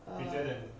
err